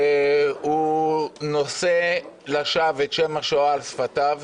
הוא נושא לשווא את שם השואה על שפתיו,